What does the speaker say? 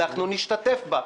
אנחנו נשתתף בה.